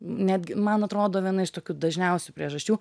netgi man atrodo viena iš tokių dažniausių priežasčių